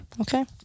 Okay